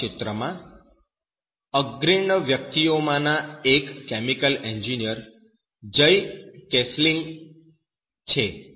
આ નવા ક્ષેત્રમાં અગ્રણી વ્યક્તિઓમાંના એક કેમિકલ એન્જિનિયર જય કેસલિંગ છે